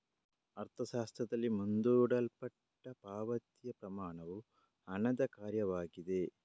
ಅರ್ಥಶಾಸ್ತ್ರದಲ್ಲಿ, ಮುಂದೂಡಲ್ಪಟ್ಟ ಪಾವತಿಯ ಪ್ರಮಾಣವು ಹಣದ ಕಾರ್ಯವಾಗಿದೆ